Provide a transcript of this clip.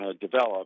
develop